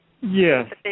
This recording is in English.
Yes